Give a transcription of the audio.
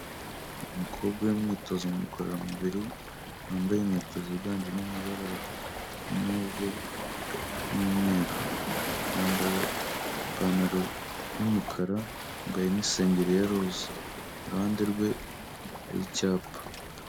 Umukobwa uri mu myitozo ngororamubiri wambaye inkweto ziganjemo amabara ya move n'umweru. Yambaye ipantaro y'umukara, yambaye n'isengeri ya roza, iruhande rwe hari icyapa.